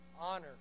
Honor